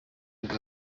nibwo